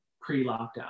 pre-lockdown